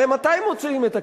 הרי מתי מוציאים את הכסף?